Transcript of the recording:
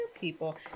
people